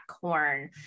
corn